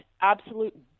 absolute